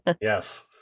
Yes